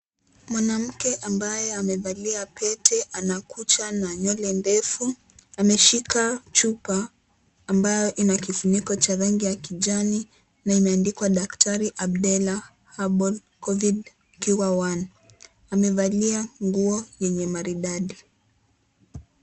Mwanamke ambaye amevalia pete ana kucha na nywele ndefu, ameshika chupa ambayo ina kifuniko cha rangi ya kijani na imeandikwa daktari abdalla herbal covid cure one amevalia nguo yenye maridadi.